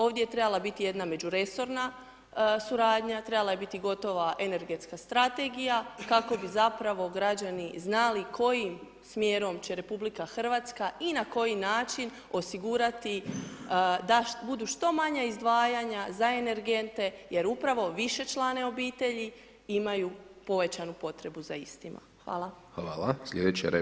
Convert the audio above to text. Ovdje je trebala biti jedna međuresorna suradnja, trebala je biti gotova energetska strategija, kako bi zapravo građani znali kojim smjerom će RH i na koji način osigurati da budu što manja izdvajanja za energente jer upravo višečlane obitelji imaju povećanu potrebu za istima.